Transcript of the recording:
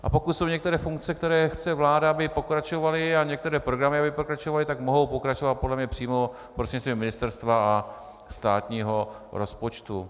A pokud jsou některé funkce, které chce vláda, aby pokračovaly, a některé programy, aby pokračovaly, tak mohou pokračovat podle mě přímo prostřednictvím ministerstva a státního rozpočtu.